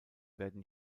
werden